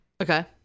okay